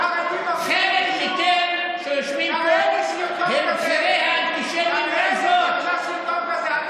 אתה לא מגנה, תראה לי, תראה לי בבקשה סרטון כזה.